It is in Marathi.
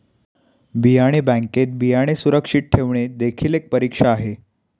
बियाणे बँकेत बियाणे सुरक्षित ठेवणे देखील एक परीक्षा आहे